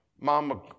mama